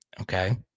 Okay